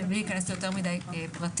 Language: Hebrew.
בלי להיכנס ליותר מדי פרטים.